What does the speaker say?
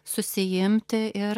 susiimti ir